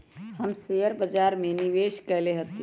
हम शेयर बाजार में निवेश कएले हती